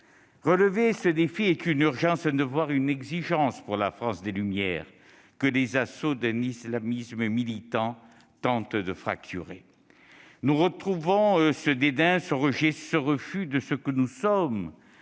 Relever ce défi est une urgence, un devoir et une exigence pour la France des Lumières, que les assauts d'un islamisme militant tentent de fracturer. Nous retrouvons ce dédain, ce rejet, ce refus de ce que nous sommes